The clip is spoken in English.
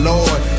Lord